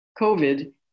COVID